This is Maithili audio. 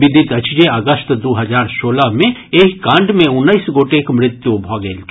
विदित अछि जे अगस्त दू हजार सोलह मे एहि कांड मे उन्नैस गोटेक मृत्यु भऽ गेल छल